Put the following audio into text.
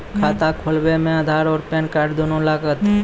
खाता खोलबे मे आधार और पेन कार्ड दोनों लागत?